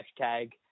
hashtag